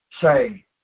say